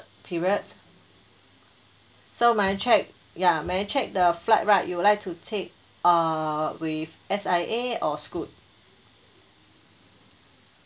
period so may I check ya may I check the flight right you would like to take err with S_I_A or Scoot